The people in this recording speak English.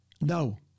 No